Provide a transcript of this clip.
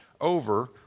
over